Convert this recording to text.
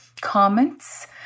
comments